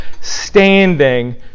standing